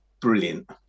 brilliant